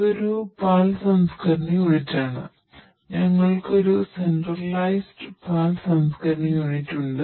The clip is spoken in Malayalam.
അതെ ഇത് ഒരു പാൽ സംസ്കരണ യൂണിറ്റാണ്